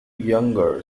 younger